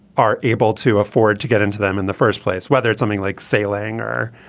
are able to afford to get into them in the first place whether it's something like sailing or